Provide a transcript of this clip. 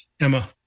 Emma